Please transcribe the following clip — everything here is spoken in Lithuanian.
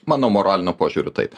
mano moraliniu požiūriu taip